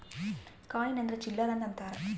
coin ಅಂದ್ರ ಚಿಲ್ಲರ್ ಅಂತ ಅಂತಾರ